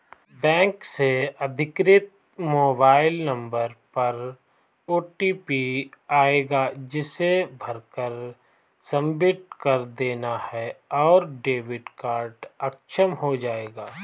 bank से अधिकृत mobile number पर ओटीपी आएगा जिसे भरकर सबमिट कर देना है और डेबिट कार्ड अक्षम हो जाएगा